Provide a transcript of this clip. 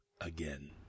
again